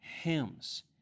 hymns